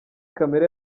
kamere